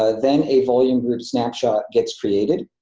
ah then a volume group snapshot gets created.